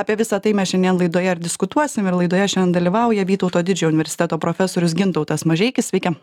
apie visa tai mes šiandien laidoje ir diskutuosim ir laidoje šian dalyvauja vytauto didžiojo universiteto profesorius gintautas mažeikis sveiki